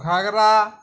ঘাগরা